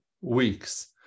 weeks